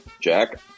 Jack